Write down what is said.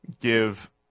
give